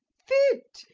fit!